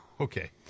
okay